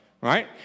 Right